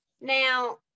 now